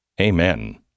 Amen